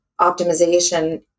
optimization